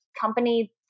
company